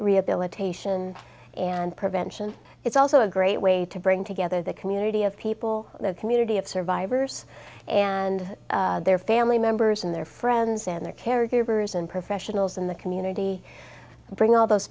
rehabilitation and prevention it's also a great way to bring together the community of people the community of survivors and their family members and their friends and their caregivers and professionals in the community and bring all those